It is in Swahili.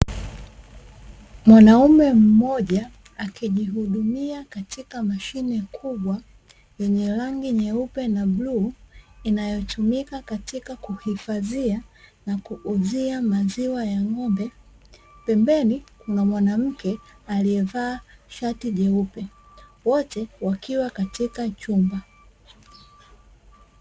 Mwanaume mmoja, akijihudumia katika mashine kubwa yenye rangi nyeupe na bluu, inayotumika katika kuhifadhia na kuuzia maziwa ya ng'ombe. Pembeni kuna mwanamke aliyevaa shati jeupe, wote wakiwa katika chumba.